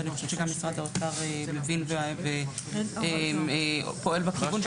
ואני חושבת שגם משרד האוצר מבין ופועל בכיוון,